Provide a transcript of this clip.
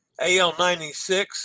AL-96